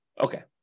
Okay